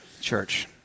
church